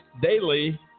daily